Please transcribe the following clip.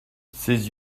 ses